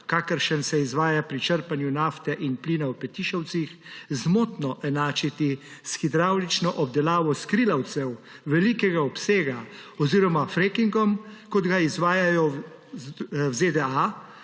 kakršen se izvaja pri črpanju nafte in plina v Petišovcih, zmotno enačiti s hidravlično obdelavo skrilavcev velikega obsega oziroma frackingom, kot ga izvajajo v ZDA,